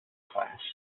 class